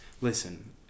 Listen